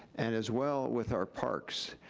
and as well with our parks.